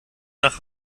nach